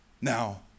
Now